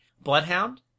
bloodhound